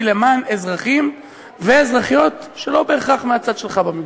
למען אזרחים ואזרחיות שהם לא בהכרח מהצד שלך במגזר.